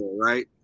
right